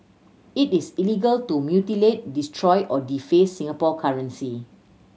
it is illegal to mutilate destroy or deface Singapore currency